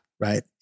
Right